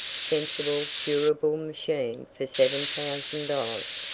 sensible, durable machine for seven thousand dollars.